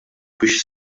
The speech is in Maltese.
biex